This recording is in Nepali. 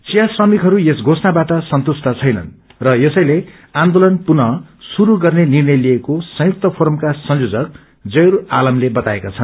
चिया श्रमिकहरू यस घोषणावाट सन्तुष्ट छैनन् र यसैले आन्दोलन पुनः श्रेरू गर्ने निष्ट्रय लिइएको संयुक्त प्रोरमका संयोजक जैयूर आलमले बताएका छन्